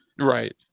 Right